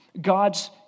God's